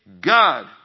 God